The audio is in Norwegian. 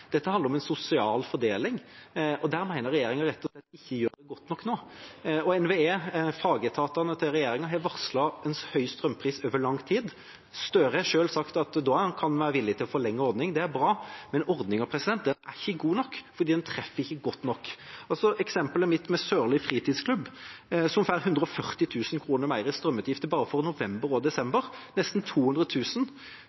rett og slett ikke gjør det godt nok nå. NVE, fagetaten til regjeringen, har varslet høy strømpris over lang tid. Statsminister Støre har selv sagt at da kan man være villig til å forlenge ordningen, og det er bra, men ordningen er ikke god nok, for den treffer ikke godt nok. Eksempelet mitt er Sørli fritidsklubb, som får 140 000 kr mer i strømutgifter bare for november og